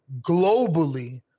globally